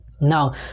now